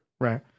Right